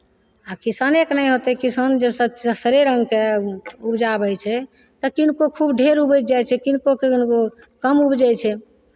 आ किसानेकेँ नहि होतै किसान जब सरे रङ्गके उपजाबै छै तऽ किनको खूब ढेर उपजि जाइ छै किनको किनको कम उपजै छै